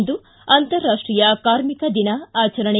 ಇಂದು ಅಂತಾರಾಷ್ಟೀಯ ಕಾರ್ಮಿಕ ದಿನ ಆಚರಣೆ